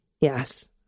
Yes